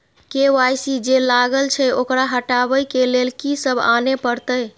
KYC जे लागल छै ओकरा हटाबै के लैल की सब आने परतै?